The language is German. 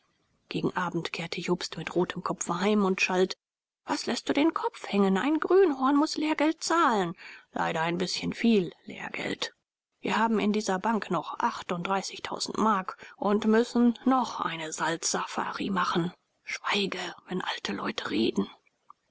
gegen abend kehrte jobst mit rotem kopfe heim und schalt was läßt du den kopf hängen ein grünhorn muß lehrgeld zahlen leider ein bißchen viel lehrgeld wir haben in dieser bank noch mark und müssen noch eine salzsafari machen schweige wenn alte leute reden